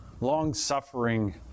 long-suffering